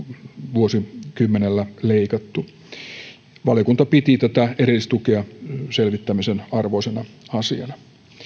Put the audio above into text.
vuosikymmenellä leikattu valiokunta piti tätä erillistukea selvittämisen arvoisena asiana